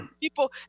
people